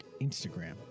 Instagram